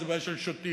זה בעיה של שוטים.